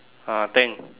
ah think